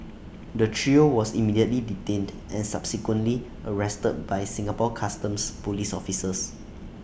the trio was immediately detained and subsequently arrested by Singapore Customs Police officers